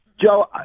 Joe